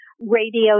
radio